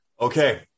Okay